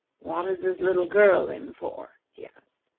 what is this little girl in for? he asked.